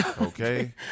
Okay